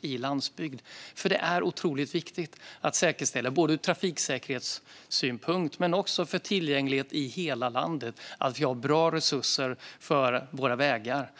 på landsbygden. Det är otroligt viktigt ur trafiksäkerhetssynpunkt och för att det ska finnas en tillgänglighet i hela landet att vi har bra resurser för våra vägar.